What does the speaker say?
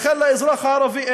לכן לאזרח הערבי,